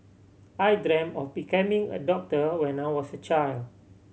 I dreamt of becoming a doctor when I was a child